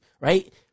Right